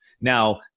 Now